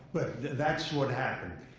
that's what happened.